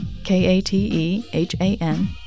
k-a-t-e-h-a-n